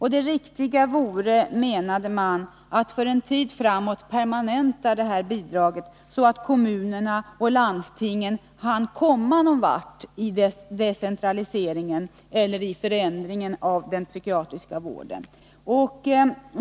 Det riktiga vore, menade man, att för en tid framåt permanenta detta bidrag, så att kommunerna och landstingen hann komma någon vart i decentraliseringen eller i förändringen av den psykiatriska vården.